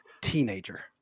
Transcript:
teenager